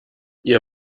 ihr